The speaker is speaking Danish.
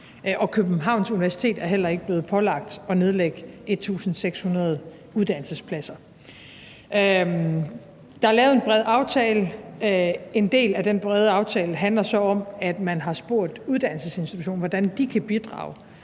og Københavns Universitet er heller ikke blevet pålagt at nedlægge 1.600 uddannelsespladser. Der er lavet en bred aftale, og en del af den brede aftale handler så om, at man har spurgt uddannelsesinstitutionerne, hvordan de kan bidrage